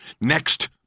next